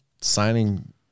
signing